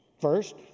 First